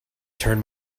turn